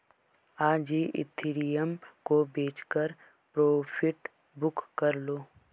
आज ही इथिरियम को बेचकर प्रॉफिट बुक कर लो